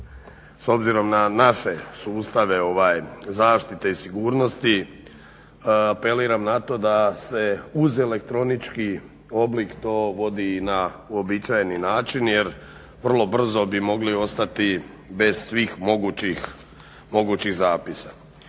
s obzirom na naše sustave zaštite i sigurnosti apeliram na to da se uz elektronički oblik to vodi i na uobičajeni način jer vrlo brzo bi mogli ostati bez svih mogućih zapisa.